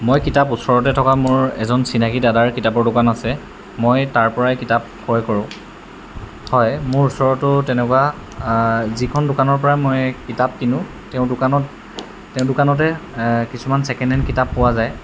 মই কিতাপ ওচৰতে থকা মোৰ এজন চিনাকি দাদাৰ কিতাপৰ দোকান আছে মই তাৰপৰাই কিতাপ ক্ৰয় কৰোঁ হয় মোৰ ওচৰতো তেনেকুৱা যিখন দোকানৰপৰা মই কিতাপ কিনো তেওঁ দোকানত তেওঁ দোকানতে কিছুমান ছেকেণ্ড হেণ্ড কিতাপ পোৱা যায়